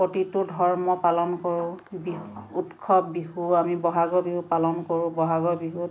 প্ৰতিটো ধৰ্ম পালন কৰোঁ উৎসৱ বিহু আমি বহাগৰ বিহু পালন কৰোঁ বহাগৰ বিহুত